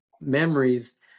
memories